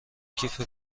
کیف